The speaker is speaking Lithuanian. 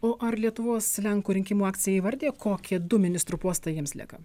o ar lietuvos lenkų rinkimų akcija įvardija kokie du ministrų postai jiems lieka